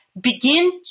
begin